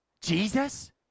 Jesus